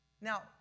Now